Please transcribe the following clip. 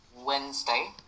wednesday